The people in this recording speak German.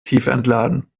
tiefentladen